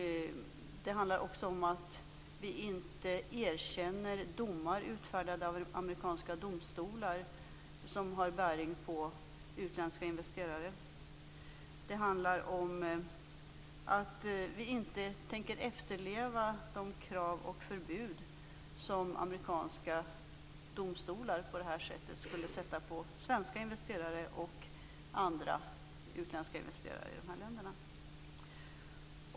Det handlar också om att vi inte erkänner domar som har bäring på utländska investerare utfärdade av amerikanska domstolar. Det handlar om att vi inte tänker efterleva de förbud och krav som amerikanska domstolar på det här sättet skulle ställa på svenska investerare och andra utländska investerare i de här länderna.